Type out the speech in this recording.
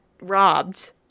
robbed